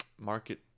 market